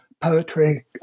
poetry